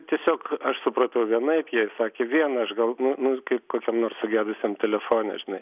tiesiog aš supratau vienaip jie sakė vieną aš gal nu nu kaip kokiam nors sugedusiam telefone žinai